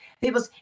people